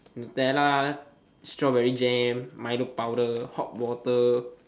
nutella strawberry jam milo powder hot water